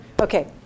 Okay